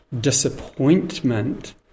disappointment